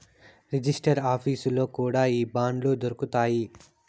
register ఆఫీసుల్లో కూడా ఈ బాండ్లు దొరుకుతాయి